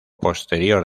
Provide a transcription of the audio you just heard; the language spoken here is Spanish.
posterior